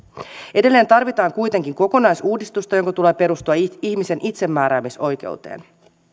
edelleen tarvitaan kuitenkin kokonaisuudistusta jonka tulee perustua ihmisen itsemääräämisoikeuteen